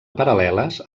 paral·leles